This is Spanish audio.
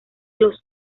los